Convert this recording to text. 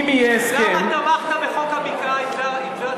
למה תמכת בחוק הבקעה?